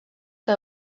que